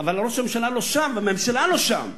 אבל ראש הממשלה לא שם, והממשלה לא שם.